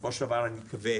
ובסופו של דבר אני מקווה